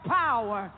power